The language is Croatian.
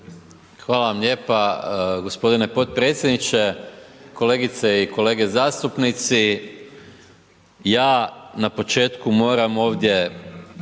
Hvala vam lijepa g. potpredsjedniče. Kolegice i kolege zastupnici. Ja na početku moram ovdje